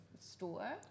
store